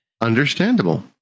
Understandable